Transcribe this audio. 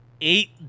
eight